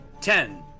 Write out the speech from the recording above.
Ten